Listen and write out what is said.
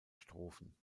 strophen